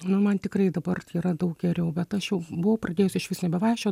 nu man tikrai dabar tai yra daug geriau bet aš jau buvau pradėjus išvis nevaikščiot